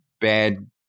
bad